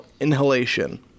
inhalation